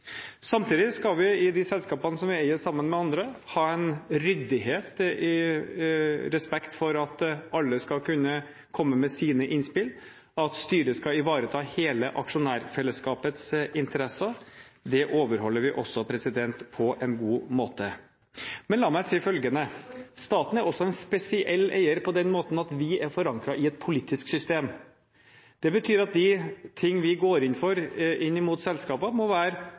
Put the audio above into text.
Samtidig skal vi i de selskapene som vi eier sammen med andre, ha en ryddighet i respekt for at alle skal kunne komme med sine innspill, og at styret skal ivareta hele aksjonærfellesskapets interesser. Det overholder vi også på en god måte. La meg si følgende: Staten er en spesiell eier på den måten at vi er forankret i et politisk system. Det betyr at de ting vi går inn for inn mot selskapene, må være